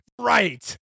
Right